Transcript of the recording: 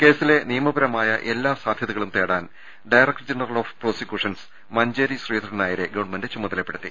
കേസിലെ നിയമപരമായ എല്ലാ സാധ്യതകളും തേടാൻ director general of prosecutions Manjeri ശ്രീധരൻനായരെ ഗവൺമെന്റ് ചുമതലപ്പെടുത്തി